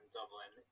Dublin